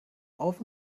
auf